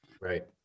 Right